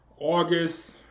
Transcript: August